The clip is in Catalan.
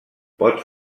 pot